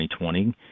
2020